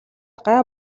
гай